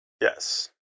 Yes